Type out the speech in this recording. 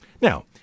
Now